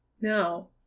now